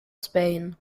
spain